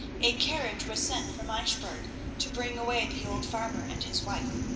a carriage was sent from eichbourg to bring away the old farmer and his wife.